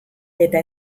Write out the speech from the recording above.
eta